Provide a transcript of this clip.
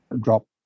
drop